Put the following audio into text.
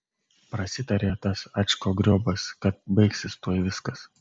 prasitarė tas ačkogriobas kad baigsis tuoj viskas